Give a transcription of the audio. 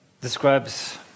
describes